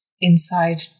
inside